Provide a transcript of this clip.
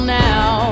now